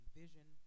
vision